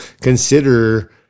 consider